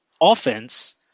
offense